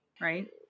right